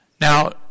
Now